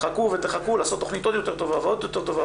תחכו ותחכו לעשות תכנית עוד יותר טובה ועוד יותר טובה